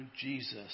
Jesus